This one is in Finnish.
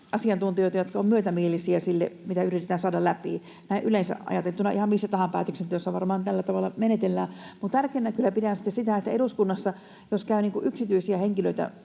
asiantuntijoita, jotka ovat myötämielisiä sille, mitä yritetään saada läpi. Näin yleensä ajateltuna ihan missä tahansa päätöksenteossa varmaan tällä tavalla menetellään. Mutta tärkeänä kyllä pidän sitten sitä, että eduskunnassa jos käy yksityisiä henkilöitä